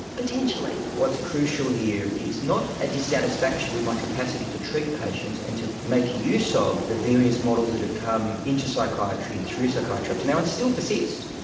potentially. what's crucial here is not a dissatisfaction with my capacity to treat patients and to make use of the various models that have come into psychiatry and through psychiatry up to now and still persist.